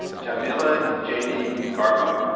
jamila jamie garmo.